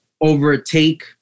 overtake